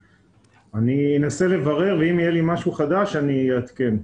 אני אנסה לברר ואם יהיה לי משהו חדש אני אעדכן.